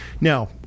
Now